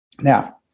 now